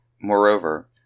Moreover